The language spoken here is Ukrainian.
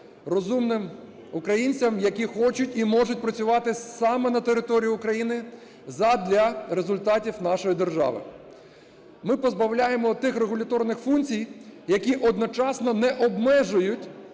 розумним українцям, які хочуть і можуть працювати саме на території України задля результатів нашої держави. Ми позбавляємо тих регуляторних функцій, які одночасно не обмежують